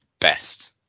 best